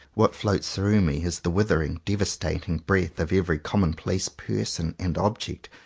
what floats through me is the withering, devastating breath of every commonplace person, and object,